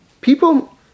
People